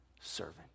servant